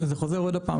זה חוזר עוד הפעם,